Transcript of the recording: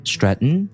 Stratton